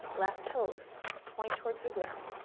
left toes point towards the ground.